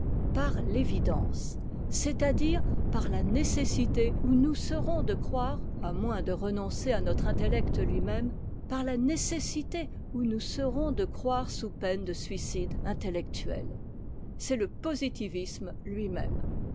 par l'évidence c'est-à-dire par la nécessité où nous serons de croire à moins de renoncer à notre intellect lui-même par la nécessité où nous serons de croire sous peine de suicide intellectuel c'est le positivisme lui-même